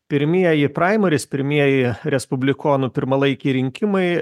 pirmieji praimaris pirmieji respublikonų pirmalaikiai rinkimai